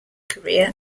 career